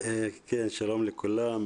שלום לכולם.